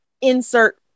insert